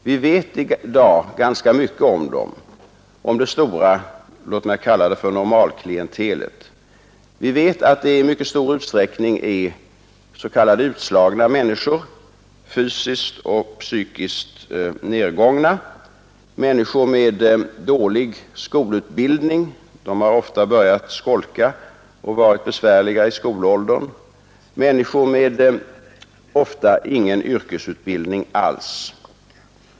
Vi vet i dag ganska mycket om det stora, låt mig kalla det normalklientelet. Det är i mycket stor utsträckning s.k. utslagna människor, fysiskt och psykiskt nedgångna människor med dålig skolutbildning. De har ofta börjat skolka och varit besvärliga i skolåldern, de saknar yrkesutbildning.